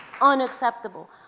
Unacceptable